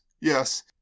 Yes